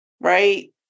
right